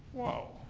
wow